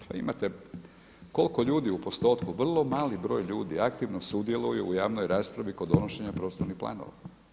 Pa imate, koliko ljudi u postotku, vrlo mali broj ljudi aktivno sudjeluju u javnoj raspravi kod donošenja prostornih planova.